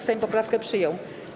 Sejm poprawkę przyjął.